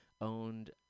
owned